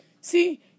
see